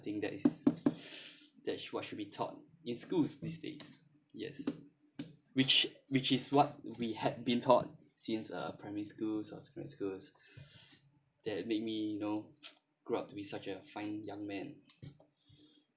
I think that is that what should be taught in schools these days yes which which is what we had been taught since uh primary schools or secondary schools that made me you know grew up to be such a fine young man